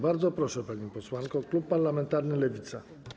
Bardzo proszę, pani posłanko, klub parlamentarny Lewica.